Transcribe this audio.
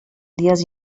dies